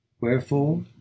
Wherefore